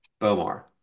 Bomar